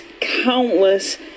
countless